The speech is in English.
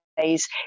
days